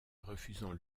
refusant